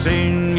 Sing